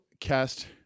cast